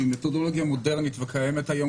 שהיא מתודולוגיה מודרנית וקיימת היום